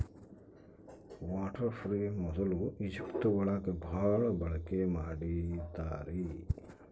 water frame ಮೊದ್ಲು Egypt ಒಳಗ ಭಾಳ ಬಳಕೆ ಮಾಡಿದ್ದಾರೆ